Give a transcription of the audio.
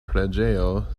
preĝejo